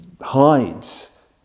hides